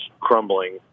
crumbling